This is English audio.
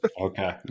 Okay